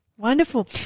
Wonderful